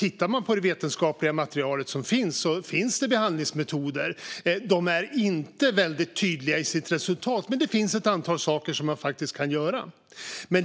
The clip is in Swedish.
Tittar man på det vetenskapliga material som finns ser man att det finns ett antal saker som man kan göra och att det finns behandlingsmetoder men att de inte är väldigt tydliga i sitt resultat.